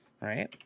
right